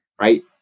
right